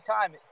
time